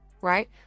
Right